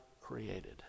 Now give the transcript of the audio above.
created